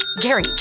Gary